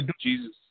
Jesus